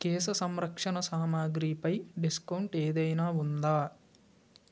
కేశ సంరక్షణ సామాగ్రిపై డిస్కౌంట్ ఏదైనా ఉందా